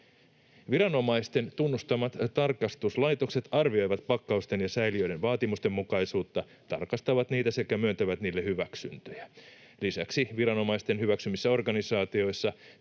Viranomaisten tunnustamat tarkastuslaitokset arvioivat pakkausten ja säiliöiden vaatimustenmukaisuutta, tarkastavat niitä sekä myöntävät niille hyväksyntöjä. Lisäksi viranomaisten hyväksymissä organisaatioissa